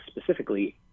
specifically